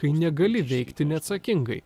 kai negali veikti neatsakingai